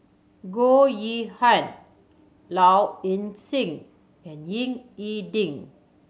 Goh Yihan Low Ing Sing and Ying E Ding